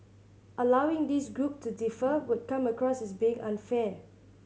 allowing this group to defer would come across as being unfair